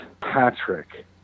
Patrick